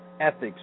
ethics